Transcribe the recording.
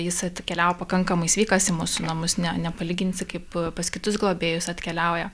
jis atkeliavo pakankamai sveikas į mūsų namus ne ne nepalyginsi kaip pas kitus globėjus atkeliauja